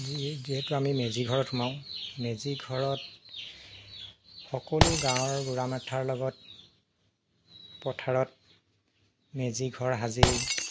যি যিহেতু আমি মেজিঘৰত সোমাও মেজি ঘৰত সকলো গাঁওৰ বুঢ়া মেথাৰ লগত পথাৰত মেজি ঘৰ সাজি